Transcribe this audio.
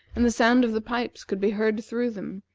and the sound of the pipes could be heard through them,